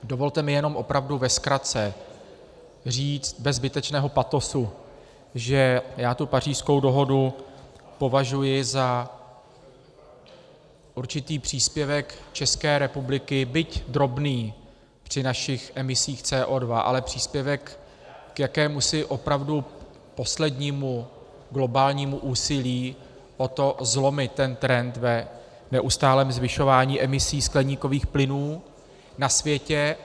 Dovolte mi jenom ve zkratce říci bez zbytečného patosu, že já tu Pařížskou dohodu považuji za určitý příspěvek České republiky, byť drobný při našich emisích CO2, ale příspěvek k jakémusi opravdu poslednímu globálnímu úsilí o to zlomit trend v neustálém zvyšování emisí skleníkových plynů na světě.